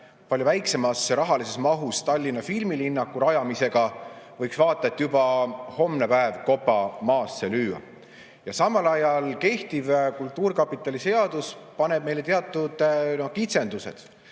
palju väiksemas rahalises mahus Tallinna filmilinnaku rajamisega võiks vaata et juba homne päev kopa maasse lüüa. Kehtiv kultuurkapitali seadus paneb meile teatud kitsendused